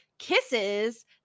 kisses